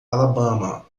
alabama